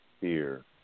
fear